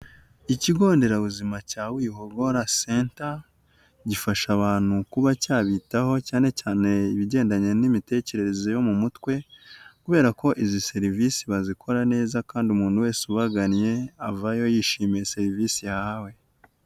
Ikigo nderabuzima cya wihogora senta gifasha abantu kuba cyabitaho cyane cyane ibigendanye n'imitekerereze yo mu mutwe, kubera ko izi serivisi bazikora neza kandi umuntu wese ubagannye avayo yishimiye serivisi yahawe.